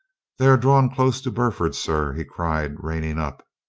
they are drawn close to burford, sir, he cried, reining up.